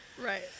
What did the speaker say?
Right